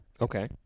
okay